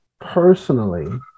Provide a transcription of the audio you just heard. Personally